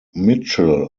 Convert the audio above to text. mitchell